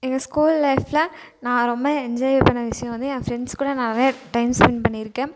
எங்கள் ஸ்கூல் லைஃப்பில் நான் ரொம்ப என்ஜாய் பண்ண விஷயோம் வந்து என் ஃப்ரெண்ட்ஸ் கூட நிறையா டைம் ஸ்பென்ட் பண்ணியிருக்கேன்